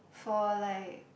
for like